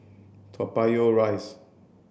Toa Payoh Rise